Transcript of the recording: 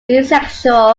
bisexual